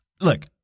Look